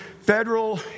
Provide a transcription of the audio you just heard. Federal